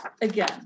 again